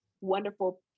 wonderful